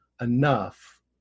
enough